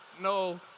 No